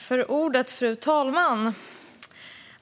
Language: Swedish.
Fru talman!